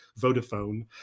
Vodafone